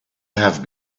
have